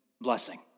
blessing